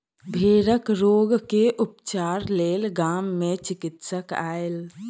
भेड़क रोग के उपचारक लेल गाम मे चिकित्सक आयल